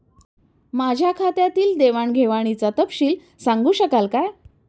माझ्या खात्यातील देवाणघेवाणीचा तपशील सांगू शकाल काय?